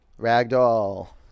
ragdoll